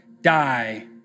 die